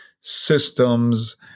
systems